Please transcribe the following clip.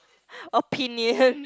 opinion